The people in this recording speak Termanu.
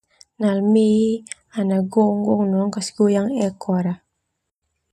Nalme ana gonggong no ana kasih goyang ekor.